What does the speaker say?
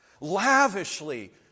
lavishly